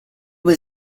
was